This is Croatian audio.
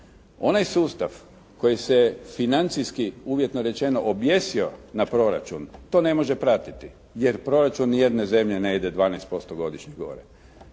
Onaj sustav koji se financijski uvjetno rečeno objesio na proračun to ne može pratiti jer proračun ni jedne zemlje ne ide 12% godišnje gore.